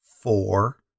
Four